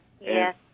Yes